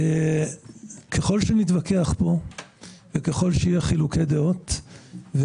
ככול שנתווכח פה וככול שיהיו חילוקי דעות,